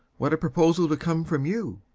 what a proposal to come from you!